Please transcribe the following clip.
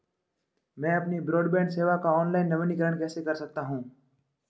मैं अपनी ब्रॉडबैंड सेवा का ऑनलाइन नवीनीकरण कैसे कर सकता हूं?